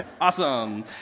Awesome